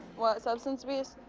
what, substance abuse?